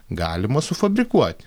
galima sufabrikuoti